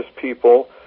people